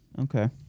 Okay